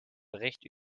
bericht